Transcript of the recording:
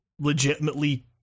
legitimately